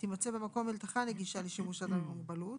תימצא במקום מלתחה נגישה לשימוש אדם עם מוגבלות,